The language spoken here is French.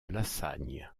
lassagne